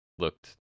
looked